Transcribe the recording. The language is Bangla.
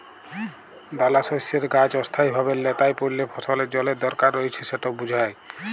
দালাশস্যের গাহাচ অস্থায়ীভাবে ল্যাঁতাই পড়লে ফসলের জলের দরকার রঁয়েছে সেট বুঝায়